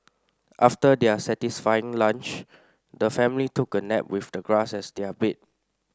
after their satisfying lunch the family took a nap with the grass as their bed